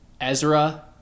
Ezra